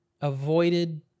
avoided